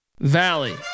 Valley